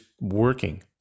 working